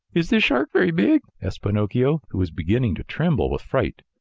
is this shark very big? asked pinocchio, who was beginning to tremble with fright.